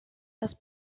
das